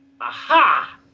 Aha